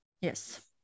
Yes